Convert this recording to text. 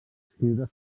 escriure